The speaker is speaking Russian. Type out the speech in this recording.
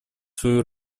свою